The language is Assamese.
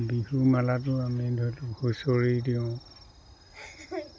বিহু মালাটো আমি ধৰি লওক হুঁচৰি দিওঁ